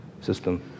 system